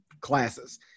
classes